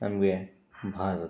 ನಮಗೆ ಭಾರತ